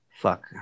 fuck